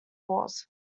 wars